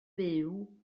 byw